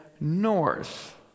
north